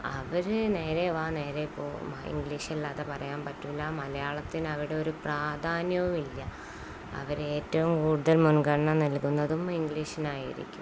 അവര് നേരെവാ നേരെ പോ ഇംഗ്ലീഷല്ലാതെ പറയാൻ പറ്റുകയില്ല മലയാളത്തിന അവിടെ ഒരു പ്രാധാന്യവിമില്ല അവര് ഏറ്റവും കൂടുതൽ മുൻഗണന നൽകുന്നതും ഇംഗ്ലീഷിനായിരിക്കും